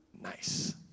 Nice